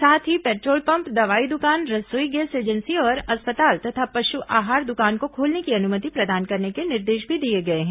साथ ही petrol pump दवाई दुकान रसोई गैस एजेंसी और अस्पताल तथा पशु आहार दुकान को खोलने की अनुमति प्रदान करने के निर्देश भी दिए हैं